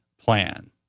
plan